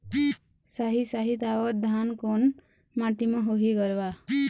साही शाही दावत धान कोन माटी म होही गरवा?